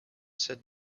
said